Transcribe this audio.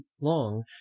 long